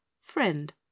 Friend